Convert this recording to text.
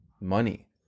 money